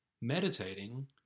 meditating